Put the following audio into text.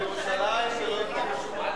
בבקשה, אדוני.